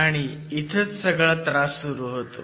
आणि इथंच त्रास सुरू होतो